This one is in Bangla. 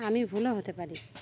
আমি ভুলও হতে পারি